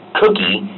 cookie